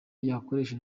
yakoresha